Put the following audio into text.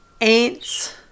ants